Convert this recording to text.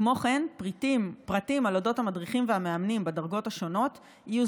כמו כן פרטים על אודות המדריכים והמאמנים בדרגות השונות יהיו